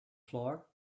floor